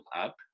up